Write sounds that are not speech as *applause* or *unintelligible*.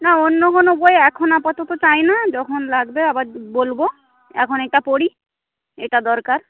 না অন্য কোনো বই এখন আপাতত চাই না যখন লাগবে আবার *unintelligible* বলব এখন এটা পড়ি এটা দরকার